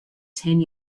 ten